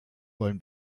wollen